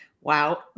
Wow